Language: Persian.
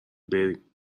بریم